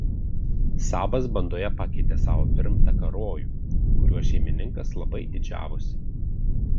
sabas bandoje pakeitė savo pirmtaką rojų kuriuo šeimininkas labai didžiavosi